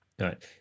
right